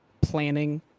planning